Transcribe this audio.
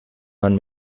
man